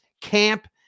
camp